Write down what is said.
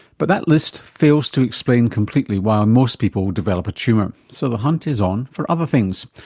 but that list fails to explain completely why most people develop a tumour. so the hunt is on for other things.